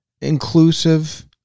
inclusive